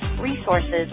resources